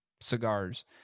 cigars